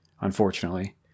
unfortunately